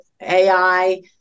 AI